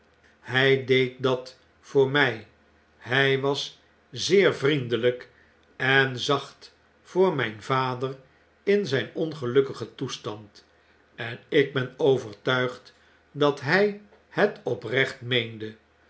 hij deed dat voor mij hg was zeer vriendelijk en zacht voor mjjn vader in zijn ongelukk'igen toestand en ik ben overtuigd dat hg het oprecht meende